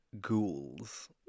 ghouls